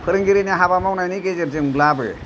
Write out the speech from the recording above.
फोरोंगिरिनि हाबा मावनायनि गेजेरजोंब्लाबो